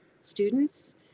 students